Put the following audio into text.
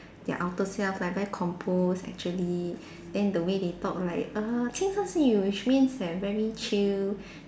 their outer self like very composed actually then the way they talk right err 轻声细语 which means they're very chill